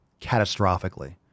catastrophically